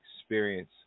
experience